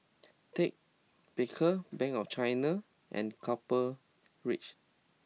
Ted Baker Bank of China and Copper Ridge